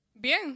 Bien